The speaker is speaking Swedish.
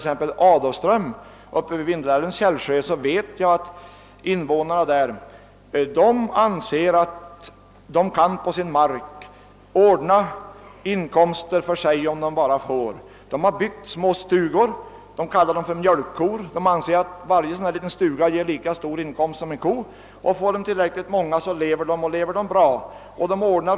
Däremot vet jag t.ex. att invånarna i Adolfström vid Vindelälvens källsjö anser att de på sin mark kan åstadkomma inkomster åt sig, om de bara får. De har byggt små stugor, som de kallar mjölkkor, eftersom varje stuga ger lika stor inkomst som en ko. Får de tillräckligt många sådana lever de gott.